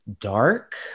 dark